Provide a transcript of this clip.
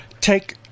take